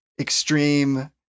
extreme